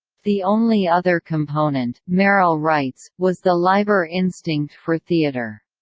the only other component, merril writes, was the leiber instinct for theatre.